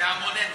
באנו בהמונינו.